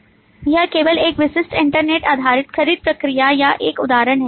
यह केवल एक विशिष्ट इंटरनेट आधारित खरीदी प्रक्रिया का एक उदाहरण है